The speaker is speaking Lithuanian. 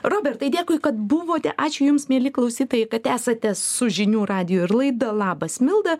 robertai dėkui kad buvote ačiū jums mieli klausytojai kad esate su žinių radiju ir laida labas milda